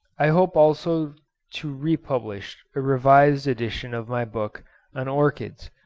i hope also to republish a revised edition of my book on orchids,